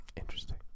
Interesting